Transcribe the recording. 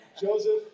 Joseph